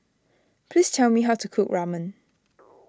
please tell me how to cook Ramen